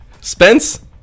Spence